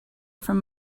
from